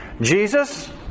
Jesus